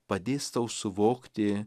padės tau suvokti